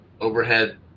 overhead